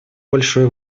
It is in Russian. большое